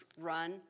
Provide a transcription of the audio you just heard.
run